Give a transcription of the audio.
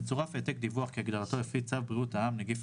(מצורף העתק דיווח כהגדרתו לפי צו בריאות העם (נגיף